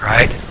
Right